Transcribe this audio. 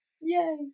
Yay